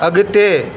अॻिते